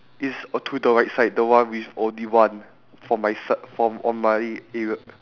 is uh to the right side the one with only one for my side for on my area